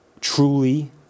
truly